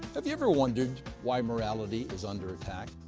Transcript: have you ever wondered why morality is under attack?